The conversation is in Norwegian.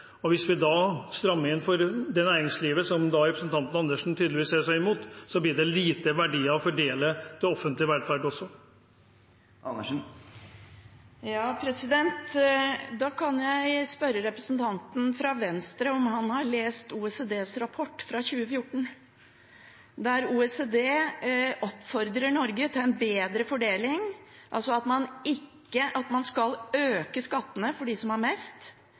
Hvis vi strammer inn overfor det næringslivet som representanten Andersen tydeligvis er så imot, blir det lite verdier å fordele til offentlig velferd. Da kan jeg spørre representanten fra Venstre om han har lest OECDs rapport fra 2014. Der oppfordrer OECD Norge til en bedre fordeling, at man skal øke skattene for dem som har mest,